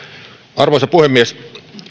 arvoisa puhemies